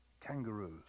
Kangaroos